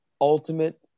ultimate